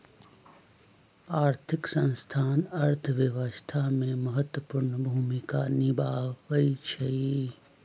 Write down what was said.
आर्थिक संस्थान अर्थव्यवस्था में महत्वपूर्ण भूमिका निमाहबइ छइ